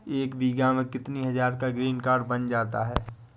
एक बीघा में कितनी हज़ार का ग्रीनकार्ड बन जाता है?